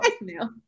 now